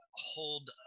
hold